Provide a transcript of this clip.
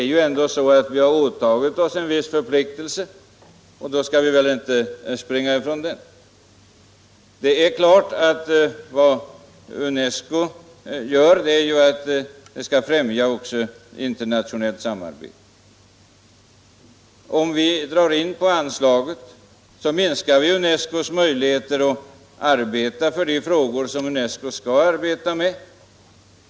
Vi har ändå iklätt oss en viss förpliktelse, och då skall vi väl inte springa ifrån den. UNESCO skall främja internationellt samarbete. Om vi minskar på anslaget. minskar vi UNESCO:s möjligheter att arbeta med de frågor som UNESCO skall arbeta med.